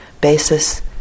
basis